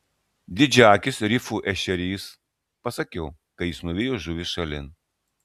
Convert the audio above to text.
didžiaakis rifų ešerys pasakiau kai jis nuvijo žuvį šalin